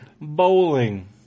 Bowling